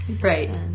Right